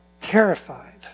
terrified